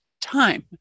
time